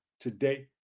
today